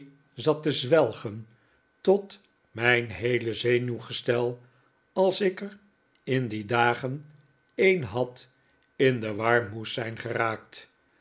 zat te zwelgen tot mijn heele zenuwgestel als ik er in die dagen een had in de war moest zijn geraakt